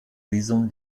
visum